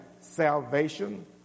salvation